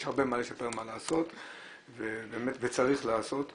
יש הרבה מה לשפר ומה לעשות וצריך לעשות.